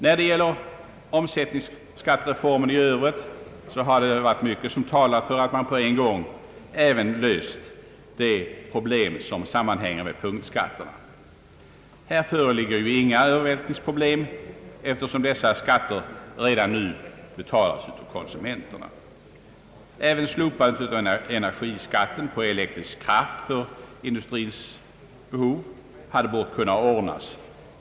När det gäller omsättningsskattereformen i övrigt har det varit mycket som talar för att man på en gång även borde ha löst de problem som sammanhänger med punktskatterna. Här föreligger ju inga övervältringsproblem, eftersom dessa skatter redan nu betalas av konsumenterna. Även slopandet av energiskatten på elektrisk kraft för industrins behov hade bort kunna ordnas.